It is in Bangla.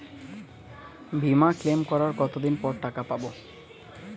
বিমা ক্লেম করার কতদিন পর টাকা পাব?